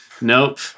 Nope